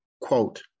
quote